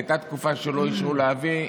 הייתה תקופה שלא אישרו להביא.